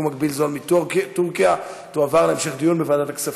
מקביל זול מטורקיה תועבר להמשך דיון בוועדת הכספים.